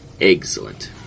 excellent